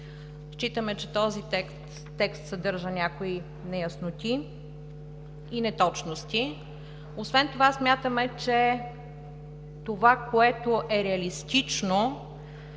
Считаме, че този текст съдържа някои неясноти и неточности. Освен това смятаме, че е реалистично